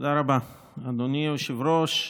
תודה רבה, אדוני היושב-ראש.